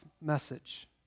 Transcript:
message